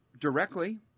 directly